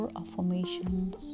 affirmations